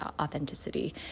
authenticity